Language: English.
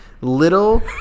little